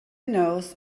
knows